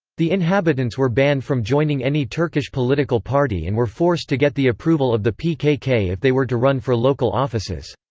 the inhabitants were banned from joining any turkish political party and were forced to get the approval of the pkk if they were to run for local offices.